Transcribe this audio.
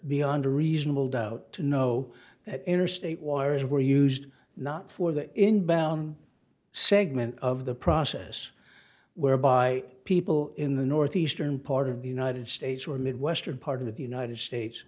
beyond a reasonable doubt to know that interstate wires were used not for that inbound segment of the process whereby people in the northeastern part of the united states were midwestern part of the united states